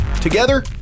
Together